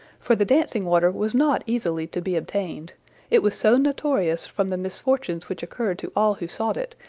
for the dancing-water was not easily to be obtained it was so notorious from the misfortunes which occurred to all who sought it,